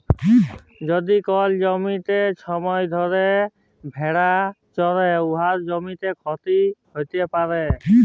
যদি কল জ্যমিতে ছময় ধ্যইরে ভেড়া চরহে উয়াতে জ্যমির ক্ষতি হ্যইতে পারে